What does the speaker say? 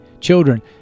children